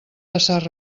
passar